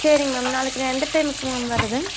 சரிங்க மேம் நாளைக்கு நான் எந்த டைமுக்கு மேம் வரது